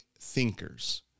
thinkers